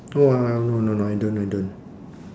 oh I I no no no I don't I don't